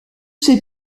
ces